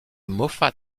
moffat